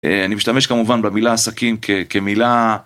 אני משתמש כמובן במילה עסקים כמילה